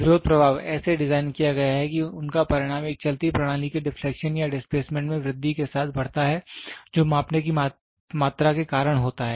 विरोध प्रभाव ऐसे डिज़ाइन किया गया है कि उनका परिमाण एक चलती प्रणाली के डिफ्लेक्शन या डिस्प्लेसमेंट में वृद्धि के साथ बढ़ता है जो मापने की मात्रा के कारण होता है